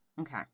Okay